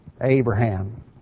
Abraham